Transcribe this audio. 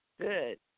Good